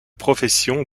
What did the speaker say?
profession